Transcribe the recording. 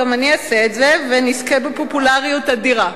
גם אני אעשה את זה, ואני אזכה בפופולריות אדירה.